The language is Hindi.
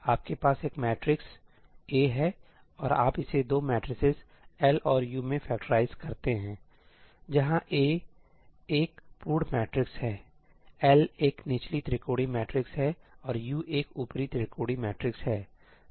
तो आपके पास एक मैट्रिक्स A है और आप इसे 2 मैट्रिसेज L और U में फ़ैक्टराइज करते हैं जहाँ A एक पूर्ण मैट्रिक्स हैसही है L एक निचली त्रिकोणीय मैट्रिक्स है और U एक ऊपरी त्रिकोणीय मैट्रिक्स है